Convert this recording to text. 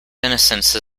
innocence